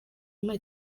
muri